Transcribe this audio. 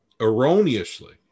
erroneously